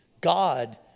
God